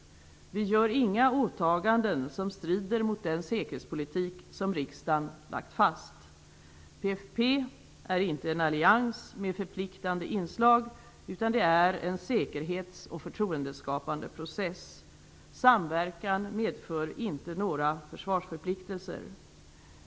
Vi gör inga åtaganden som strider mot den säkerhetspolitik som riksdagen har lagt fast. PFF är inte en allians med förpliktande inslag, utan det är en säkerhets och förtroendeskapande process. Samverkan medför inte några försvarsförpliktelser.